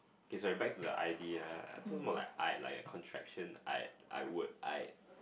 okay sorry back to the I D uh I think it's more like I like a contraction I I would I